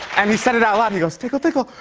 and he said it out loud. he goes, tickle, tickle,